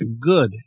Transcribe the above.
Good